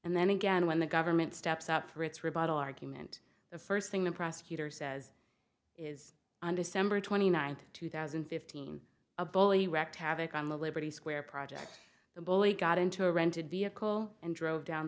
and then again when the government steps up for its rebuttal argument the first thing the prosecutor says is on december twenty ninth two thousand and fifteen a bully wrecked havoc on the liberty square project the bully got into a rented vehicle and drove down